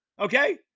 Okay